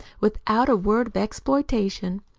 without a word of exploitation.